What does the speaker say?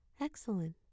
Excellent